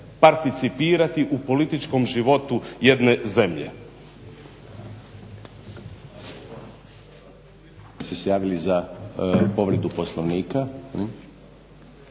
participirati u političkom životu jedne zemlje.